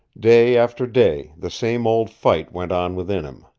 day after day the same old fight went on within him.